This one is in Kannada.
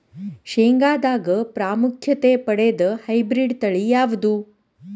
ಶೇಂಗಾದಾಗ ಪ್ರಾಮುಖ್ಯತೆ ಪಡೆದ ಹೈಬ್ರಿಡ್ ತಳಿ ಯಾವುದು?